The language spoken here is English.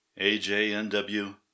AJNW